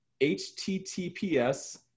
HTTPS